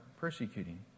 persecuting